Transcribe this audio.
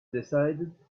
decided